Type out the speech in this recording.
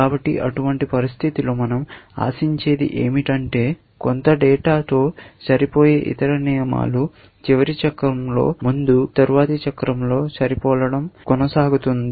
కాబట్టి అటువంటి పరిస్థితిలో మనం ఆశించేది ఏమిటంటే కొంత డేటా తో సరిపోయే ఇతర నియమాలు చివరి చక్రంలో ముందు తరువాతి చక్రంలో సరిపోలడం కొనసాగుతుంది